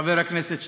חבר הכנסת שטרן.